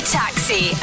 taxi